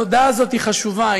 התודה הזאת היא חשובה,